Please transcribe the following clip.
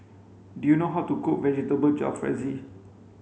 do you know how to cook Vegetable Jalfrezi